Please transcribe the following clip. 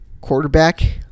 quarterback